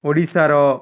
ଓଡ଼ିଶାର